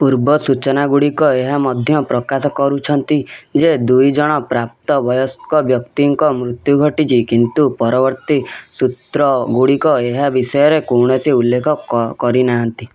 ପୂର୍ବ ସୂଚନା ଗୁଡ଼ିକ ଏହା ମଧ୍ୟ ପ୍ରକାଶ କରୁଛନ୍ତି ଯେ ଦୁଇ ଜଣ ପ୍ରାପ୍ତ ବୟସ୍କ ବ୍ୟକ୍ତିଙ୍କ ମୃତ୍ୟୁ ଘଟିଛି କିନ୍ତୁ ପରବର୍ତ୍ତୀ ସୂତ୍ର ଗୁଡ଼ିକ ଏହା ବିଷୟରେ କୌଣସି ଉଲ୍ଲେଖ କରିନାହାଁନ୍ତି